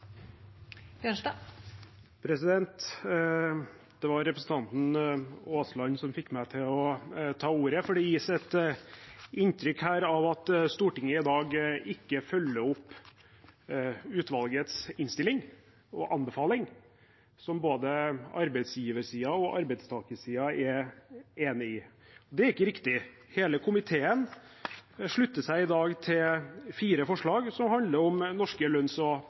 Det var representanten Aasland som fikk meg til å ta ordet, for det gis et inntrykk her av at Stortinget i dag ikke følger opp utvalgets innstilling og anbefaling, som både arbeidsgiversiden og arbeidstakersiden er enig i. Det er ikke riktig. Hele komiteen slutter seg i dag til fire forslag som handler om norske lønns- og